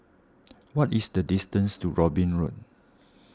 what is the distance to Robin Road